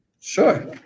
Sure